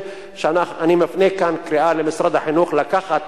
אני מפנה כאן קריאה למשרד החינוך לקחת